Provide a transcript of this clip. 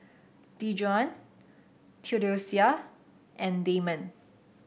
Dejuan Theodosia and Damond